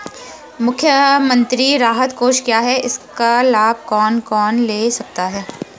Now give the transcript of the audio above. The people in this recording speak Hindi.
मुख्यमंत्री राहत कोष क्या है इसका लाभ कौन कौन ले सकता है?